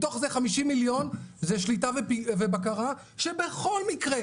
מתוך זה 50 מיליון זה שליטה ובקרה שבכל מקרה,